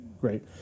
great